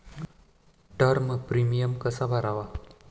Term premium कसा भरावा?